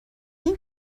این